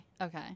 okay